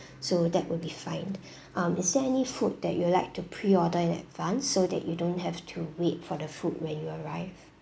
so that will be fine um is there any food that you'd like to pre order in advance so that you don't have to wait for the food when you arrive